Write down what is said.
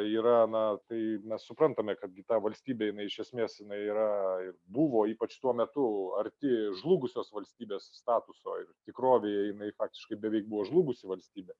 yra na tai mes suprantame kad gi ta valstybė jinai iš esmės jinai yra ir buvo ypač tuo metu arti žlugusios valstybės statuso ir tikrovėje jinai faktiškai beveik buvo žlugusi valstybė